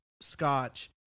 scotch